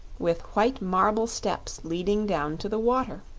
with white marble steps leading down to the water.